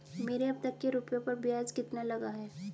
मेरे अब तक के रुपयों पर ब्याज कितना लगा है?